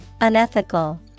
Unethical